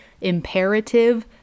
imperative